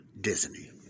Disney